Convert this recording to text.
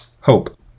Hope